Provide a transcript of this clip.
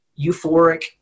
euphoric